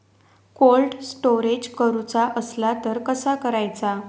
Cold storage करूचा असला तर कसा करायचा?